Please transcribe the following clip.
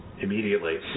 immediately